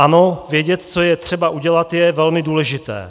Ano, vědět, co je třeba udělat, je velmi důležité.